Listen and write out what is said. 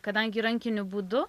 kadangi rankiniu būdu